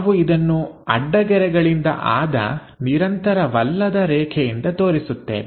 ನಾವು ಇದನ್ನು ಅಡ್ಡಗೆರೆಗಳಿಂದ ಆದ ನಿರಂತರವಲ್ಲದ ರೇಖೆಯಿಂದ ತೋರಿಸುತ್ತೇವೆ